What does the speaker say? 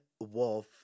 Wolf